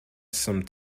some